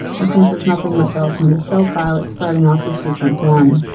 and since there's nothing much else in this show file it starting off with sequence one.